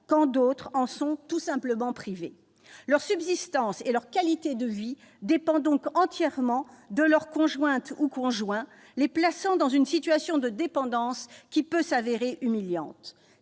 D'autres en sont tout simplement privés ! Leur subsistance et leur qualité de vie dépendent donc entièrement de leur conjointe ou de leur conjoint, ce qui les place dans une situation de dépendance pouvant s'avérer humiliante.